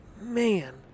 man